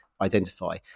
identify